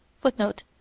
Footnote